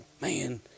man